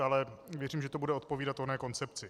Ale věřím, že to bude odpovídat oné koncepci.